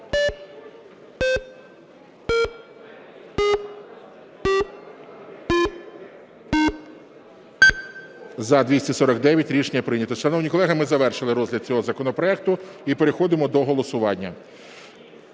За-249 Рішення прийнято. Шановні колеги, ми завершили розгляд цього законопроекту і переходимо до голосування.